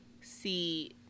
See